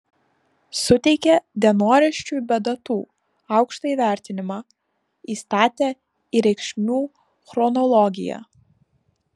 suteikė dienoraščiui be datų aukštą įvertinimą įstatė į reikšmių chronologiją